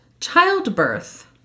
Childbirth